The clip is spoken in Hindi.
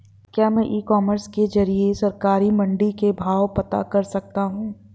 क्या मैं ई कॉमर्स के ज़रिए सरकारी मंडी के भाव पता कर सकता हूँ?